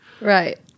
right